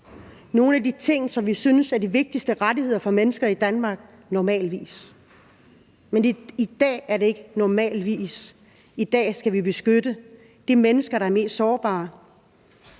nogle af de ting, som vi normalvis synes er de vigtigste rettigheder for mennesker i Danmark, men i dag er det ikke normalvis. I dag skal vi beskytte de mennesker, der er mest sårbare.